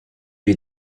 les